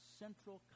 central